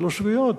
לא סוגיות,